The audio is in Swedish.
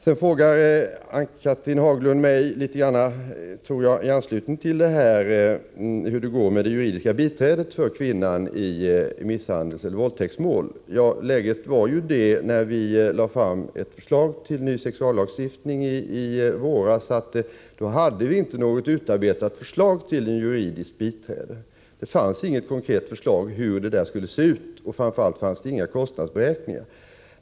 Ann-Cathrine Haglund frågade hur det går med förslaget till juridiskt biträde för kvinnor i misshandelseller våldtäktsmål. När vi lade fram förslaget till ny sexuallagstiftning i våras var läget det att det inte fanns något konkret och slutarbetat förslag till juridiskt biträde och inte heller några kostnadsberäkningar.